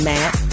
Matt